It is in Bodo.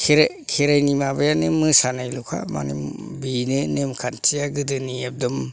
खेराइनि माबायानो मोसानायल'खा माने बेनो नेमखान्थिया गोदोनि एखदम